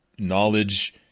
knowledge